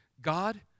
God